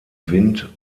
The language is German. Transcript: wind